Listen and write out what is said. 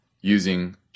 using